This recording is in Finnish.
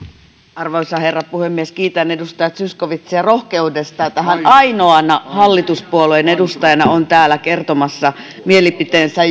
arvoisa herra puhemies kiitän edustaja zyskowicziä rohkeudesta että hän ainoana hallituspuolueen edustajana on täällä kertomassa mielipiteensä